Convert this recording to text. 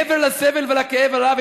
מעבר לסבל ולכאב הרב,